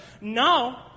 No